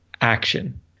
action